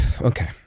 okay